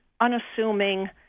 unassuming